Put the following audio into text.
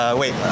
wait